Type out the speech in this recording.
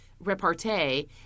Repartee